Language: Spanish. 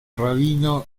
rabino